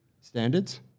standards